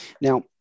Now